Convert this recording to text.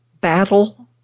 battle